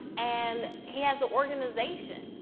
and he has the organization.